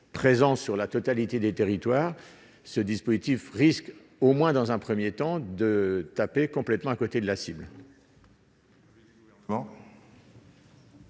présents sur la totalité des territoires, ce dispositif risque au moins dans un 1er temps de taper complètement à côté de la cible.